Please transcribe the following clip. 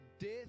Death